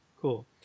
Cool